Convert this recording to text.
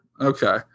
Okay